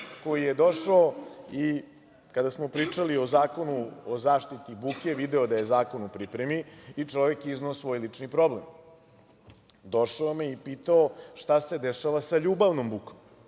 koji je došao i kada smo pričali o Zakonu o zaštiti buke video da je zakon u pripremi i čovek je izneo svoj lični problem. Došao je kod mene i pitao – šta se dešava sa ljubavnom bukom. Ja